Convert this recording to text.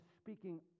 speaking